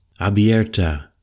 Abierta